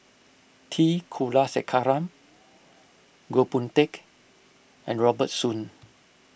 T Kulasekaram Goh Boon Teck and Robert Soon